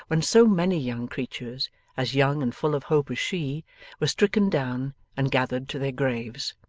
when so many young creatures as young and full of hope as she were stricken down and gathered to their graves.